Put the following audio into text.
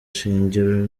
shingiro